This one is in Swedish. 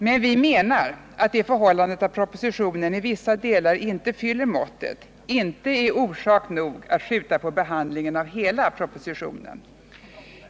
Men vi menar att det föhållandet att propositionen i vissa delar inte fyller måttet inte är orsak nog att skjuta på behandlingen av hela propositionen.